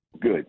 Good